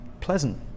pleasant